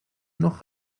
noch